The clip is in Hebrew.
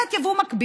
מייבאת יבוא מקביל,